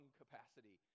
capacity